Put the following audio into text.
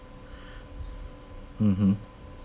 mmhmm